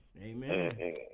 Amen